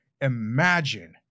imagine